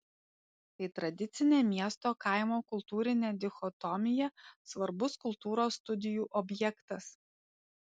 tai tradicinė miesto kaimo kultūrinė dichotomija svarbus kultūros studijų objektas